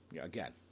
Again